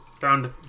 found